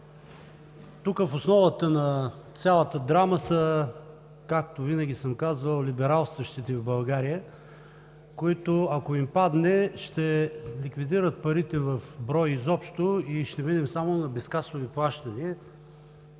Тук в основата на цялата драма са, както винаги съм казвал, либералстващите в България, които, ако им падне, ще ликвидират парите в брой изобщо и ще минем само на безкасови плащания.